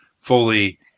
fully